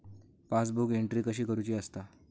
Passbook entry कशी करुची असता?